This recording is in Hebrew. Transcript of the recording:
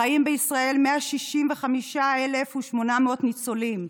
חיים בישראל 165,800 ניצולים,